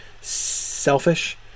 selfish